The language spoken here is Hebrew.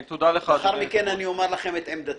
לאחר מכן אני אומר לכם את עמדתי.